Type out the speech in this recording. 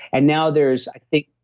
and now there's i think.